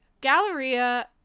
Galleria